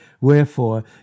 Wherefore